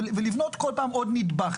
ולבנות כל פעם עוד נדבך.